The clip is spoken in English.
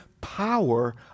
power